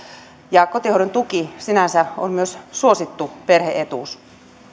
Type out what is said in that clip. ja kotihoidon tuki sinänsä on myös suosittu perhe etuus pyydän